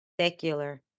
secular